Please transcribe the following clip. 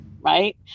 right